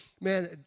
man